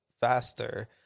faster